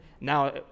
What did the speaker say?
now